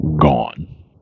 gone